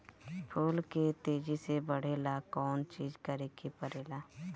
फूल के तेजी से बढ़े ला कौन चिज करे के परेला?